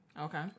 Okay